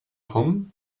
kommen